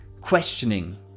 questioning